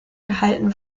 gehalten